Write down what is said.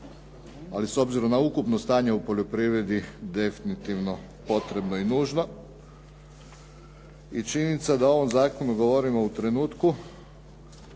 ali s obzirom na ukupno stanje u poljoprivredi definitivno potrebno i nužno. I činjenica da o ovom zakonu govorimo u trenutku